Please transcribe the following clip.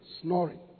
snoring